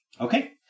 Okay